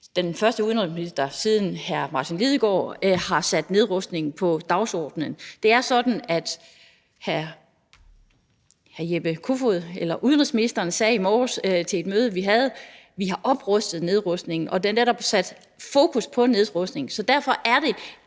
den første indenrigsminister siden hr. Martin Lidegaard – har sat nedrustning på dagsordenen. Det er sådan, at udenrigsministeren i morges sagde til et møde, vi havde: Vi har oprustet nedrustningen, og der er netop sat fokus på nedrustning. Så derfor er det